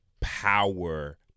power